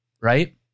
right